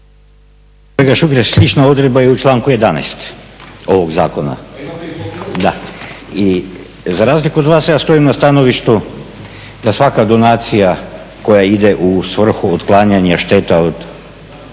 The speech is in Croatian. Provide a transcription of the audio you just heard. slična odredba je u članku 11.ovog zakona i za razliku od vas ja stojim na stanovištu da svaka donacija koja ide u svrhu otklanjanja šteta od